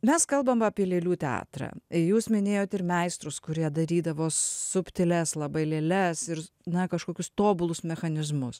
mes kalbam apie lėlių teatrą jūs minėjot ir meistrus kurie darydavo subtilias labai lėles ir na kažkokius tobulus mechanizmus